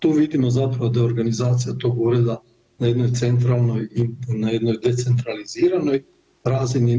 Tu vidimo zapravo da je organizacija tog Ureda na jednoj centralnoj i na jednoj decentraliziranoj razini.